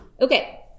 Okay